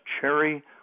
cherry